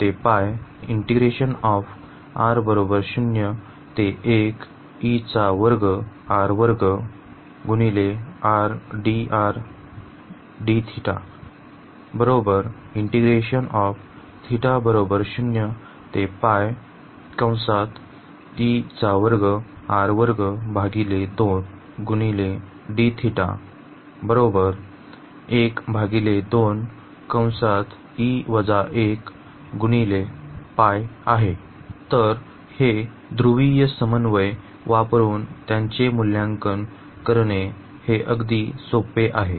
तर हे ध्रुवीय समन्वय वापरुन त्याचे मूल्यांकन करणे हे अगदी सोपे आहे